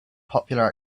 popular